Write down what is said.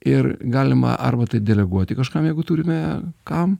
ir galima arba tai deleguoti kažkam jeigu turime kam